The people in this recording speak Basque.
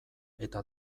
eta